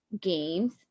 games